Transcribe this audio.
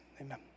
Amen